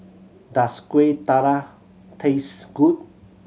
does Kueh Dadar taste good